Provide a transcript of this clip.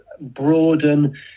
broaden